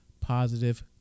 positive